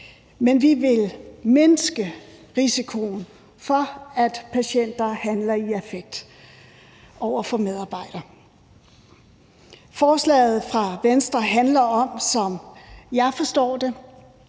Men vi vil mindske risikoen for, at patienter handler i affekt over for medarbejdere. Forslaget fra Venstre handler om, som jeg forstår det,